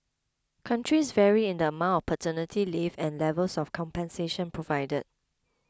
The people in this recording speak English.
countries vary in the amount of paternity leave and levels of compensation provided